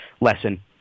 lesson